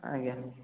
ଆଜ୍ଞା